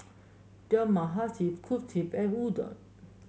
Dal Makhani Kulfi and Udon